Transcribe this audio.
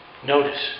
Notice